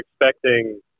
expecting